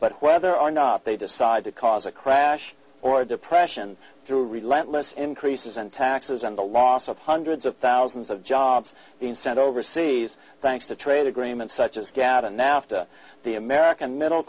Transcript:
but whether or not they decide to cause a crash or a depression through relate less increases in taxes and the loss of hundreds of thousands of jobs being sent overseas thanks to trade agreements such as gatt and now after the american middle